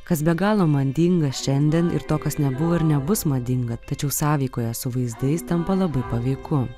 kas be galo madinga šiandien ir to kas nebuvo ir nebus madinga tačiau sąveikoje su vaizdais tampa labai paveiku